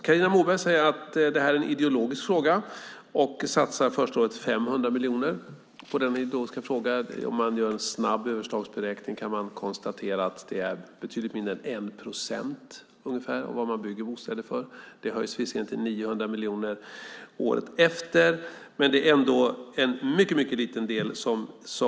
Carina Moberg säger att detta är en ideologisk fråga och satsar första året 500 miljoner. Om man gör en snabb överslagsberäkning kan man konstatera att det är betydligt mindre än 1 procent av vad man bygger bostäder för. Det höjs visserligen till 900 miljoner året efter, men det är ändå en mycket liten del.